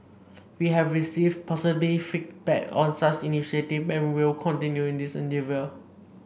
we have received positive feedback on such initiative and will continue in this endeavour